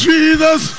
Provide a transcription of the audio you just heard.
Jesus